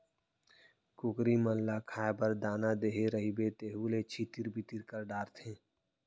कुकरी मन ल खाए बर दाना देहे रइबे तेहू ल छितिर बितिर कर डारथें